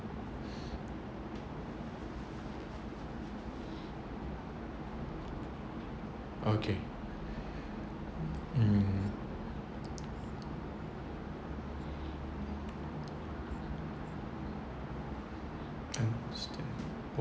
okay mm understandable